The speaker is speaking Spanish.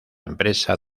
empresa